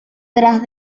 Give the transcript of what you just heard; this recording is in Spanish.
tras